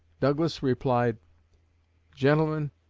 douglas replied gentlemen,